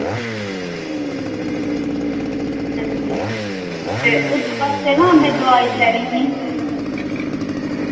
अंजी ते ओह्दे आस्तै ना में दोआई लैनी ही